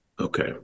Okay